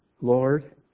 Lord